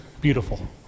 beautiful